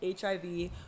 hiv